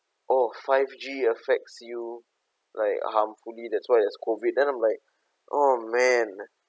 oh five G affects you like harmfully that's why there's COVID then I'm like oh man